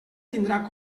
tindrà